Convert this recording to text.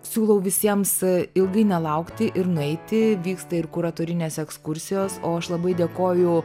siūlau visiems ilgai nelaukti ir nueiti vyksta ir kuratorinės ekskursijos o aš labai dėkoju